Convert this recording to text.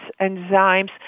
enzymes